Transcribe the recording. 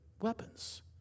weapons